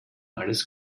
alles